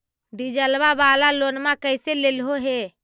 डीजलवा वाला लोनवा कैसे लेलहो हे?